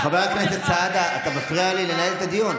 חבר הכנסת סעדה, אתה מפריע לי לנהל את הדיון.